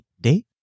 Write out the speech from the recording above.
Day